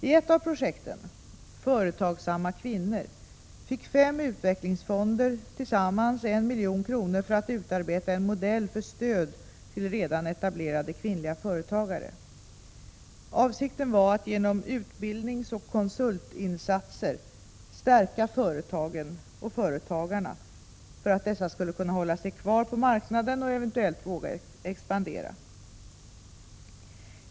I ett av projekten, Företagsamma kvinnor, fick fem utvecklingsfonder tillsammans 1 milj.kr. för att utarbeta en modell för stöd till redan etablerade kvinnliga företagare. Avsikten var att genom utbildningsoch 81 som väljer otraditionella yrken konsultinsatser stärka företagen och företagarna för att dessa skulle kunna hålla sig kvar på marknaden och eventuellt våga expandera.